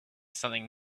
something